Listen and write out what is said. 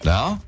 Now